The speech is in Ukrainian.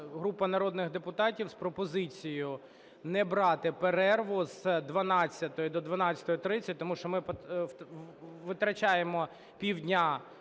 група народних депутатів з пропозицією не брати перерву з 12 до 12:30, тому що ми витрачаємо півдня.